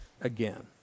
again